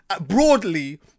broadly